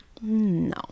No